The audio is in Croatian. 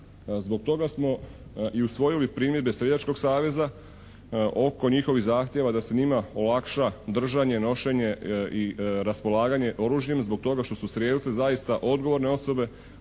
Zbog toga smo i usvojili primjedbe Streljačkog saveza oko njihovih zahtjeva da se njima olakša držanje, nošenje i raspolaganje oružjem zbog toga što su strijelci zaista odgovorne osobe